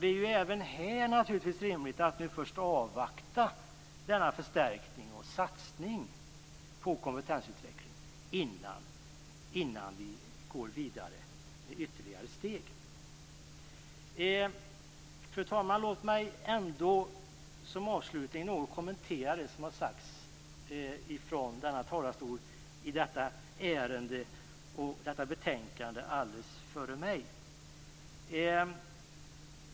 Det är även här naturligtvis rimligt att avvakta denna förstärkning och satsning på kompetensutveckling innan vi går vidare med ytterligare steg. Fru talman! Låt mig som avslutning något kommentera det som har sagts från denna talarstol om detta ärende och detta betänkande alldeles innan jag gick upp.